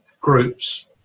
groups